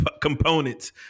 components